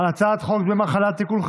הצעת חוק דמי מחלה (תיקון,